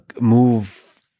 Move